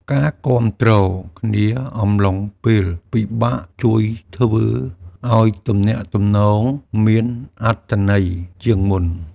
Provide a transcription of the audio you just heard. ការគាំទ្រគ្នាអំឡុងពេលពិបាកជួយធ្វើឱ្យទំនាក់ទំនងមានអត្ថន័យជាងមុន។